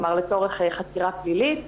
כלומר לצורך חקירה פלילית.